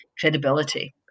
credibility